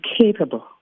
capable